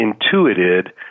intuited